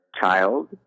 child